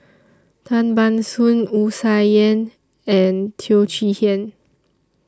Tan Ban Soon Wu Tsai Yen and Teo Chee Hean